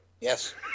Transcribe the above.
Yes